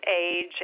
age